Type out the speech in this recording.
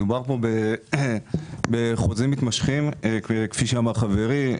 מדובר כאן בחוזים מתמשכים כפי שאמר חברי,